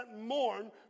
mourn